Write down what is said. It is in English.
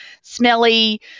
smelly